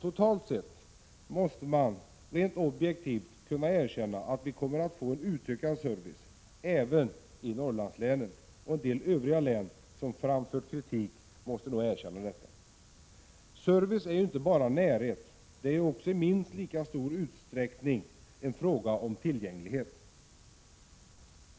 Totalt sett måste man rent objektivt kunna erkänna att vi kommer att få en utökad service, även i Norrlandslänen, och en del övriga län som framfört kritik måste nog erkänna detta. Service är inte bara närhet, det är också i minst lika stor utsträckning en fråga om tillgänglighet.